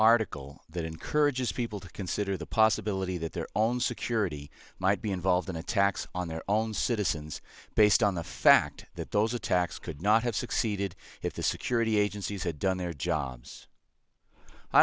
article that encourages people to consider the possibility that their own security might be involved in attacks on their own citizens based on the fact that those attacks could not have succeeded if the security agencies had done their jobs i